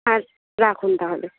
আর রাখুন তাহলে